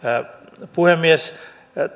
tässä uudistuksessakin puhemies